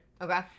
Okay